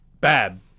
bad